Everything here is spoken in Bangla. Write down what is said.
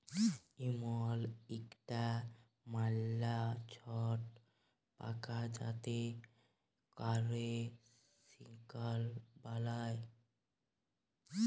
ইমল ইকটা ম্যালা ছট পকা যাতে ক্যরে সিল্ক বালাই